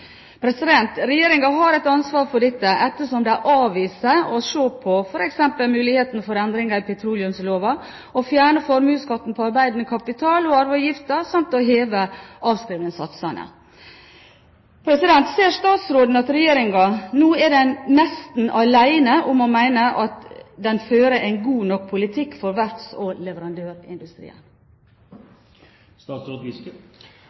har et ansvar for dette ettersom den avviser å se på f.eks. muligheten for endringer i petroleumsloven, å fjerne formuesskatten på arbeidende kapital og arveavgiften samt å heve avskrivningssatsene. Ser statsråden at Regjeringen nå er nesten alene om å mene at den fører en god nok politikk for verfts- og